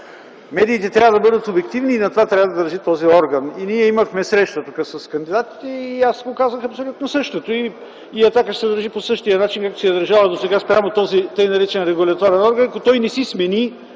Медиите трябва да бъдат субективни и на това трябва да държи този орган. Ние имахме среща с кандидатите и аз казах абсолютно същото. „Атака” ще се държи по същия начин, както се е държала досега спрямо този тъй наречен регулаторен орган, ако той не си смени